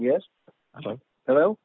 yes hello